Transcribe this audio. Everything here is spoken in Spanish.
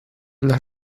las